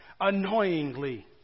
annoyingly